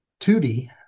2D